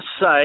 say